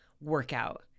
workout